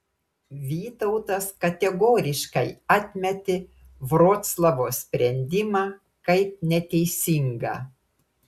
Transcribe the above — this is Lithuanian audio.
vytautas kategoriškai atmetė vroclavo sprendimą kaip neteisingą